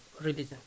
religion